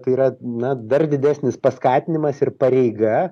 tai yra na dar didesnis paskatinimas ir pareiga